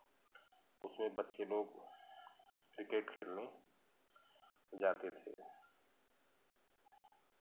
उसमें बच्चे लोग क्रिकेट खेलने जाते थे